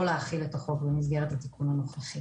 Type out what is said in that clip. להחיל את החוק במסגרת התיקון הנוכחי.